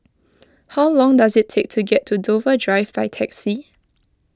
how long does it take to get to Dover Drive by taxi